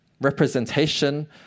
representation